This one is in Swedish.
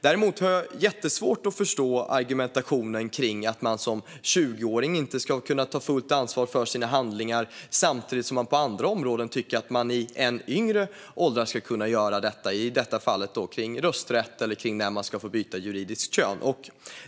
Däremot har jag jättesvårt att förstå argumentationen kring att en 20åring inte skulle kunna ta fullt ansvar för sina handlingar samtidigt som man på andra områden tycker att personer i än yngre åldrar ska kunna göra detta, i detta fall när det gäller rösträtt eller när man ska få byta juridiskt kön.